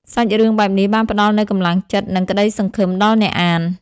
សាច់រឿងបែបនេះបានផ្ដល់នូវកម្លាំងចិត្ត និងក្តីសង្ឃឹមដល់អ្នកអាន។